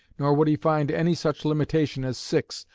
nor would he find any such limitation as six,